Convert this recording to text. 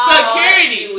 Security